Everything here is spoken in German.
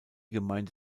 gemeinde